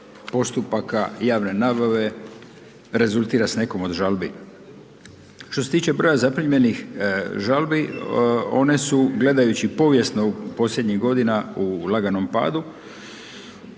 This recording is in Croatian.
postupaka javne nabave rezultira s nekom od žalbi. Što se tiče broja zaprimljenih žalbi one su gledajući povijesno u posljednjih godina u laganom padu